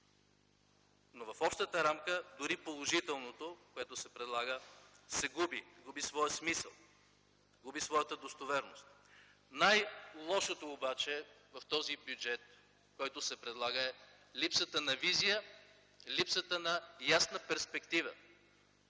Но в общата рамка дори положителното, което се предлага, се губи, губи своя смисъл, своята достоверност. Най-лошото обаче в този бюджет, което се предлага, е липсата на визия, липсата на ясна перспектива